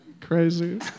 crazy